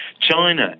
China